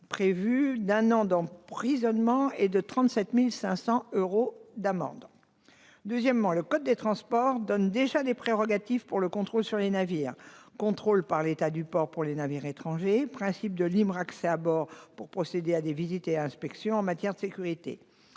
puni d'un an d'emprisonnement et de 37 500 euros d'amende. Par ailleurs, le code des transports établit déjà des prérogatives pour le contrôle sur les navires : contrôle par l'État du port pour les navires étrangers, principe de libre accès à bord pour procéder à des visites et inspections en matière de sécurité.